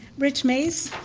rich mays.